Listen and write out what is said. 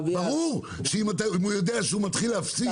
ברור שאם הוא יודע שהוא מתחיל להפסיד,